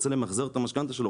רוצה למחזר את המשכנתא שלו,